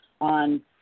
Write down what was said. on